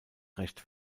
recht